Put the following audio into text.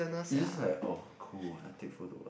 is just like oh cool and take photo what